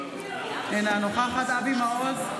אינה נוכחת אבי מעוז,